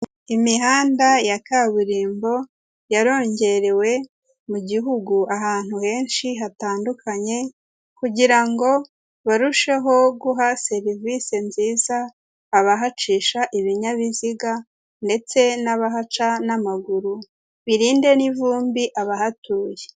Imihanda ya kaburimbo yarongerewe mu gihugu, ahantu henshi hatandukanye kugira ngo barusheho guha serivise nziza abahacisha ibinyabiziga ndetse n'abahaca n'amaguru, birinde n'ivumbi abahatuye.